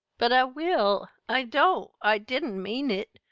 but i will i don't i didn't mean it,